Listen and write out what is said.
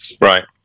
Right